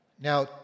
Now